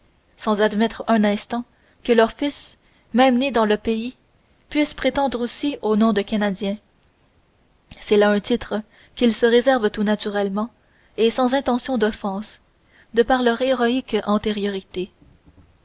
sans admettre un seul instant que leurs fils même nés dans le pays puissent prétendre aussi au nom de canadiens c'est là un titre qu'ils se réservent tout naturellement et sans intention d'offense de par leur héroïque antériorité